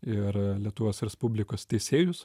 ir lietuvos respublikos teisėjus